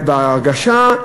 ההרגשה,